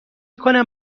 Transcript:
کنم